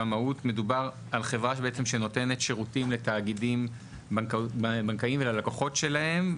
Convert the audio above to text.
מדובר על חברה שבעצם נותנת שירותים לתאגידים בנקאיים וללקוחות שלהם,